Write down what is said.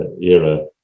era